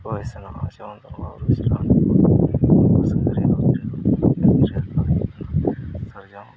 ᱦᱳᱭ ᱥᱟᱲᱚᱜ ᱢᱟ ᱡᱮᱢᱚᱱ ᱵᱚᱸᱜᱟ ᱵᱳᱨᱳ ᱪᱮᱛᱟᱱ ᱥᱟᱨᱡᱚᱢ